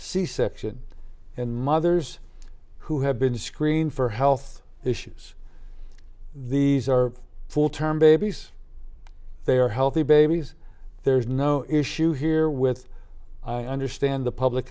c section and mothers who have been screened for health issues these are full term babies they are healthy babies there's no issue here with i understand the public